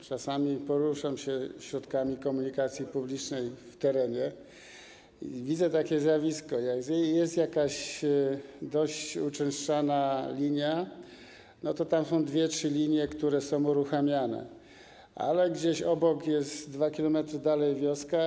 Czasami poruszam się środkami komunikacji publicznej w terenie i widzę takie zjawisko, że jak jest jakaś dość uczęszczana linia, to tam są 2, 3 linie, które są uruchamiane, ale gdzieś obok 2 km dalej jest wioska.